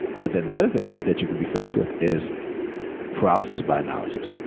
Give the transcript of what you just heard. but then the other thing that you could be faced with is paralysis by analysis.